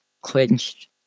clinched